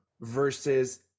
versus